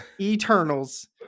Eternals